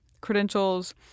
credentials